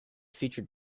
featured